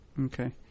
Okay